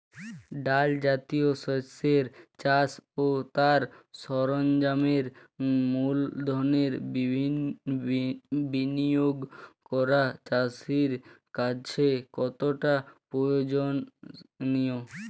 ডাল জাতীয় শস্যের চাষ ও তার সরঞ্জামের মূলধনের বিনিয়োগ করা চাষীর কাছে কতটা প্রয়োজনীয়?